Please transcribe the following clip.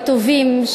הטובים,